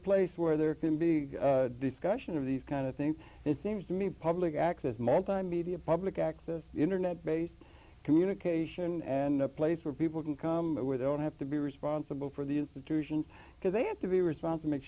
place where there can be discussion of these kind of things it seems to me public access multimedia public access internet based communication and a place where people can come where they don't have to be responsible for the use of because they have to be responsive make